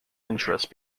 interest